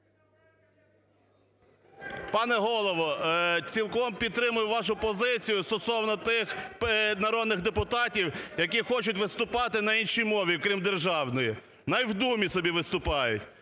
Пане Голово, цілком підтримую вашу позицію стосовно тих народних депутатів, які хочуть виступати на іншій мові, крім державної. Хай в Думі собі виступають.